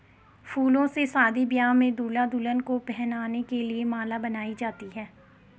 फूलों से शादी ब्याह में दूल्हा दुल्हन को पहनाने के लिए माला बनाई जाती है